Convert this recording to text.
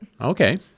Okay